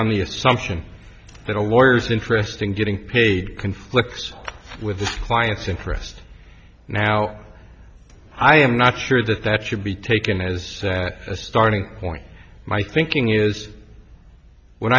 on the assumption that a lawyer is interesting getting paid conflicts with the client's interest now i am not sure that that should be taken as a starting point my thinking is when